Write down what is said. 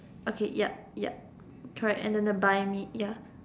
okay yup yup try and the buy maid ya